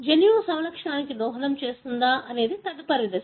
జన్యువు సమలక్షణానికి దోహదం చేస్తుందా అనేది తదుపరి దశ